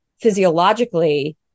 physiologically